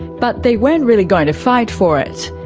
but they weren't really going to fight for it.